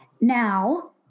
Now